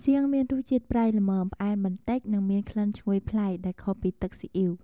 សៀង មានរសជាតិប្រៃល្មម ផ្អែមបន្តិច និងមានក្លិនឈ្ងុយប្លែក ដែលខុសពីទឹកស៊ីអុីវ។